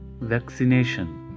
vaccination